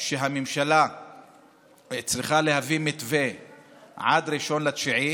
שהממשלה צריכה להביא מתווה עד 1 בספטמבר,